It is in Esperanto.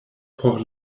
por